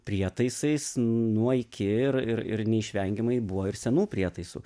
prietaisais nuo iki ir ir ir neišvengiamai buvo ir senų prietaisų